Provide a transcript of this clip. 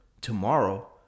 tomorrow